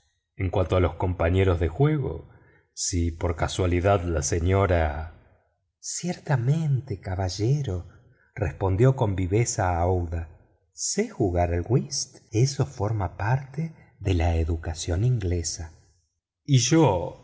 en cuanto a compañeros de juego si por casualidad la señora ciertamente caballero respondió con viveza aouida sé jugar al whist eso forma parte de la educación inglesa y yo